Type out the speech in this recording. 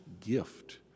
gift